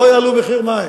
לא יעלו את מחיר המים.